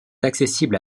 accessibles